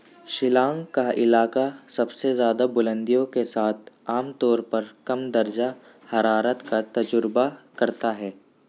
شیلانگ کا علاقہ سب سے زیادہ بلندیوں کے ساتھ عام طور پر کم درجہ حرارت کا تجربہ کرتا ہے